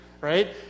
right